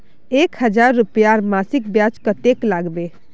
एक हजार रूपयार मासिक ब्याज कतेक लागबे?